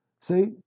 See